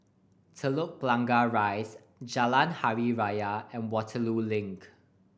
Telok Blangah Rise Jalan Hari Raya and Waterloo Link